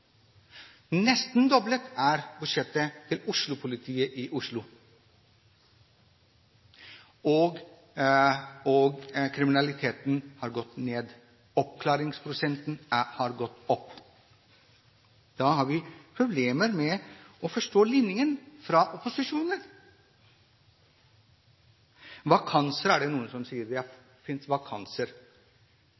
Budsjettet til Oslo-politiet er nesten doblet. Kriminaliteten har gått ned. Oppklaringsprosenten har gått opp. Da har vi problemer med å forstå ligningen fra opposisjonen. Vakanser, er det noen som sier,